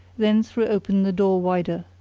then threw open the door wider.